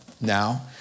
now